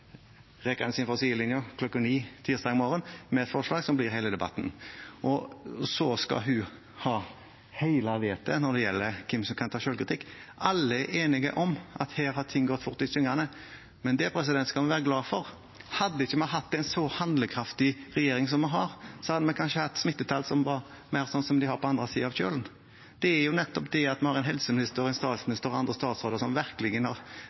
med et forslag som blir hele debatten, og så skal hun ha hele vettet når det gjelder hvem som kan ta selvkritikk. Alle er enige om at her har det gått fort i svingene. Men det skal vi være glad for. Hadde vi ikke hatt en så handlekraftig regjering som vi har, hadde vi kanskje hatt smittetall som var mer sånn som de har på andre siden av Kjølen. Det er nettopp det at vi har en helseminister og en statsminister og andre statsråder som